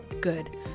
good